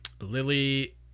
lily